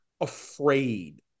afraid